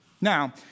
Now